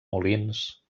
molins